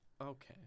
Okay